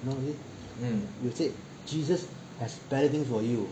you know you see jesus has better things for you